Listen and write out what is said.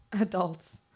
Adults